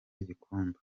igikombe